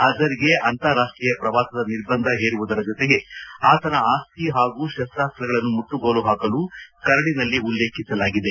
ಅಜರ್ಗೆ ಅಂತಾರಾಷ್ಟೀಯ ಪ್ರವಾಸದ ನಿರ್ಬಂಧ ಹೇರುವುದರ ಜತೆಗೆ ಆತನ ಆಸ್ತಿ ಹಾಗೂ ಶಸ್ತಾಸ್ರಗಳನ್ನು ಮುಟ್ಟುಗೋಲು ಹಾಕಲು ಕರದಿನಲ್ಲಿ ಉಲ್ಲೇಖಿಸಲಾಗಿದೆ